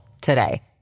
today